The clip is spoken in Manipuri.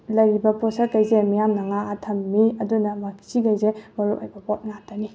ꯂꯩꯔꯤꯕ ꯄꯣꯠꯁꯛꯈꯩꯁꯦ ꯃꯤꯌꯥꯝꯅ ꯉꯥꯛꯑ ꯊꯝꯃꯤ ꯑꯗꯨꯅ ꯃꯁꯤꯈꯩꯁꯦ ꯃꯔꯨꯑꯣꯏꯕ ꯄꯣꯠ ꯉꯥꯛꯇꯅꯤ